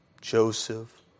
Joseph